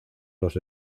los